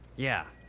yeah.